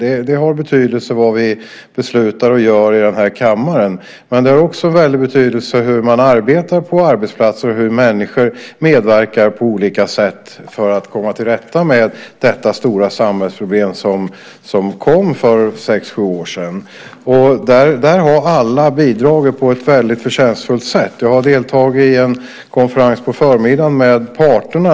Det har betydelse vad vi beslutar och gör i den här kammaren. Men det har också stor betydelse hur man arbetar ute på arbetsplatserna och hur människor medverkar på olika sätt för att komma till rätta med detta stora samhällsproblem som kom för sex-sju år sedan. Alla har bidragit på ett väldigt förtjänstfullt sätt. Jag har deltagit i en konferens på förmiddagen med parterna.